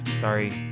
Sorry